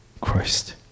Christ